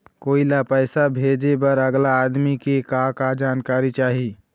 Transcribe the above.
कोई ला पैसा भेजे बर अगला आदमी के का का जानकारी चाही?